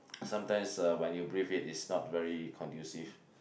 sometimes uh when you breathe it it's not very conducive